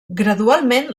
gradualment